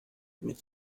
mit